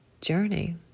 journey